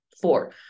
Four